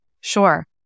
Sure